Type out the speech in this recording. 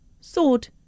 Sword